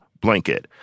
blanket